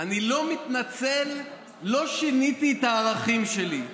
אני לא מתנצל, לא שיניתי את הערכים שלי.